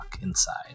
inside